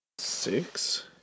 Six